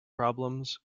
problems